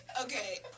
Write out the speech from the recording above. Okay